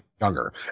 younger